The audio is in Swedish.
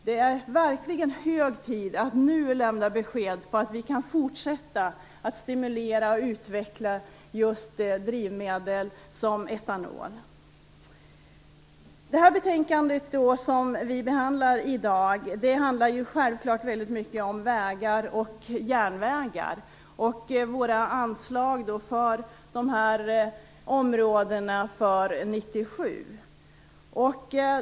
Det är verkligen hög tid att nu lämna besked om att vi kan fortsätta att stimulera och utveckla just drivmedel som etanol. Det betänkande som vi behandlar i dag handlar självklart mycket om vägar och järnvägar och om våra anslag för de här områdena för 1997.